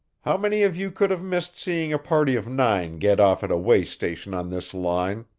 how many of you could have missed seeing a party of nine get off at a way-station on this line?